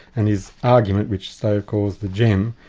and his argument, which stove calls the gem,